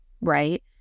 right